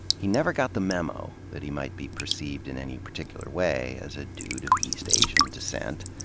he never got the memo that he might be perceived in any particular way as a dude of east asian descent.